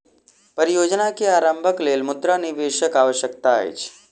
परियोजना के आरम्भक लेल मुद्रा निवेशक आवश्यकता अछि